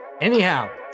Anyhow